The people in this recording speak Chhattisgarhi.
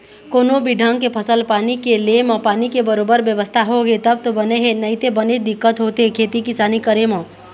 कोनो भी ढंग के फसल पानी के ले म पानी के बरोबर बेवस्था होगे तब तो बने हे नइते बनेच दिक्कत होथे खेती किसानी करे म